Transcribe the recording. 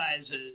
sizes